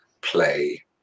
play